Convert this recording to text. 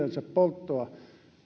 oman hiilensä polttoa